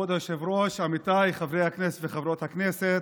כבוד היושב-ראש, עמיתיי חברי הכנסת וחברות הכנסת,